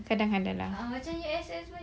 kadang-kadang lah